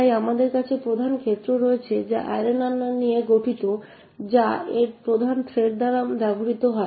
তাই আমাদের কাছে প্রধান ক্ষেত্র রয়েছে যা অ্যারেনা নিয়ে গঠিত যা এর প্রধান থ্রেড দ্বারা ব্যবহৃত হয়